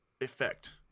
effect